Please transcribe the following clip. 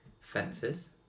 fences